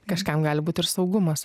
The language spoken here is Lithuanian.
kažkam gali būt ir saugumas